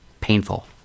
painful